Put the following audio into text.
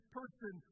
person